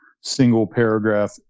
single-paragraph